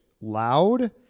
loud